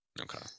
okay